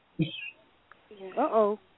Uh-oh